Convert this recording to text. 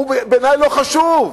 בעיני זה לא חשוב,